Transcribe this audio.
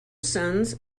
sons